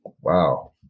wow